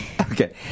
Okay